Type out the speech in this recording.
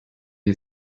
wie